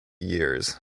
years